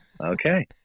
Okay